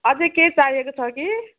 अझै केही चाहिएको छ कि